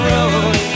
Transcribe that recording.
Road